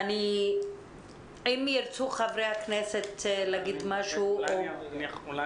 אם ירצו חברי הכנסת להגיד משהו --- אולי